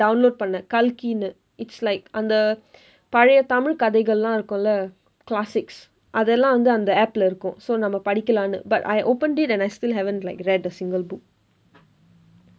download பண்ணுனேன்:pannuneen kalki-nu it's like அந்த பழைய தமிழ் கதைகள் எல்லாம் இருக்கும் இல்ல:andtha pazhaiya thamizh kathaikal ellaam irukkum illa classics அது எல்லாம் வந்து அந்த:athu ellaam vandthu andtha app-lae இருக்கும்:irukkum so நம்ம படிக்கலான்னு:namma padikkalaannu but I opened it and I still haven't like read a single book